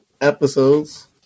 episodes